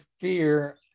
fear